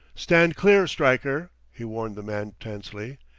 stand clear, stryker! he warned the man tensely,